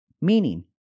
meaning